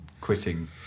quitting